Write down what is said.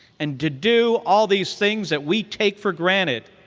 and to do all these things that we take for granted,